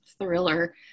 thriller